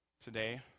today